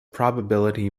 probability